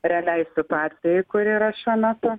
realiai situacijai kuri yra šiuo metu